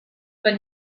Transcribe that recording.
but